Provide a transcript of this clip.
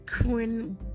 Quinn